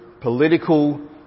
political